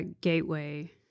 gateway